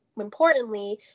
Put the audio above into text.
importantly